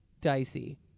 dicey